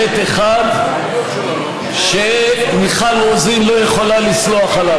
חטא אחד שמיכל רוזין לא יכולה לסלוח עליו.